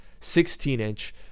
16-inch